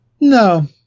No